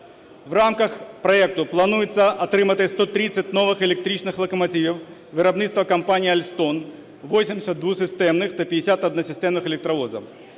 В рамках проекту планується отримати 130 нових електричних локомотивів виробництва компанії Alstom: 80 двосистемних та 50 односистемних електровозів.